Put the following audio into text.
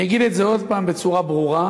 אני אגיד את זה עוד פעם בצורה ברורה: